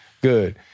good